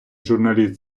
журналіст